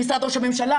למשרד ראש הממשלה,